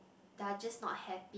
they are just not happy